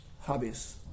hobbies